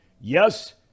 yes